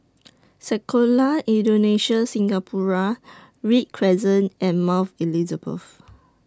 Sekolah Indonesia Singapura Read Crescent and Mount Elizabeth